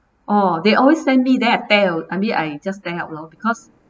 oh they always send me then I tear a~ I mean I just tear up lor because